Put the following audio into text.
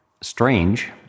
strange